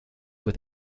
with